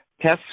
Test